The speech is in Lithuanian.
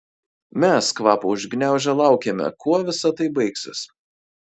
mes kvapą užgniaužę laukėme kuo visa tai baigsis